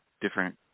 different